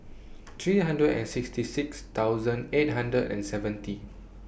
three hundred and sixty six thousand eight hundred and seventy